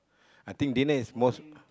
I think dinner is most